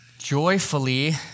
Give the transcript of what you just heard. joyfully